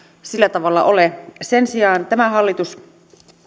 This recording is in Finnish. sillä tavalla ole sen sijaan tämä hallitus